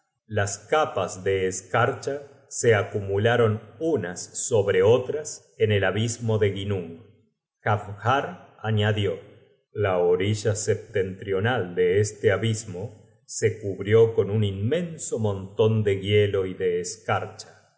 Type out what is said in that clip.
las capas de escarcha se acumularon unas sobre otras en el abismo de ginnung jafnhar añadió la orilla setentrional de este abismo se cubrió con un inmenso monton de hielo y de escarcha